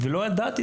אם זה נדרש.